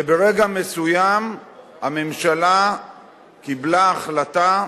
וברגע מסוים הממשלה קיבלה החלטה,